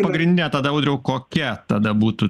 pagrindinė tada audriau kokia tada būtų